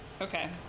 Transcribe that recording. Okay